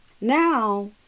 Now